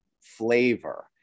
flavor